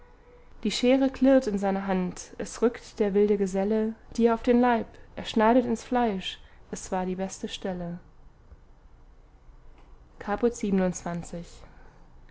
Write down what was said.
die schere klirrt in seiner hand es rückt der wilde geselle dir auf den leib er schneidet ins fleisch es war die beste stelle caput